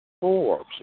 Forbes